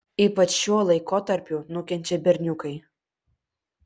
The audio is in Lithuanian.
ypač šiuo laikotarpiu nukenčia berniukai